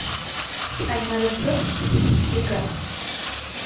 ᱟᱭᱢᱟ ᱨᱟᱹᱥᱠᱟᱹ ᱤᱠᱟᱹᱜᱼᱟ